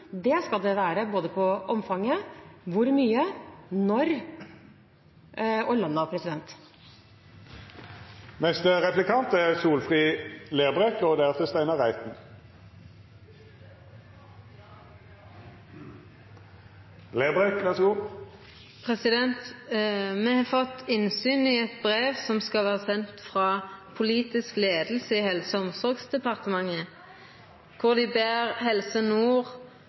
forutsigbarhet skal det være både når det gjelder omfanget – hvor mye – når og lønnen. Me har fått innsyn i eit brev som skal vera sendt frå den politiske leiinga i Helse- og omsorgsdepartementet, der dei ber Helse Nord